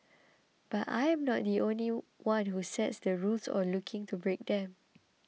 but I am not the one who sets the rules or looking to break them